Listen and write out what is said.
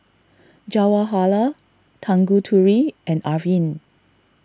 Jawaharlal Tanguturi and Arvind